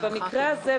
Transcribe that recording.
במקרה הזה,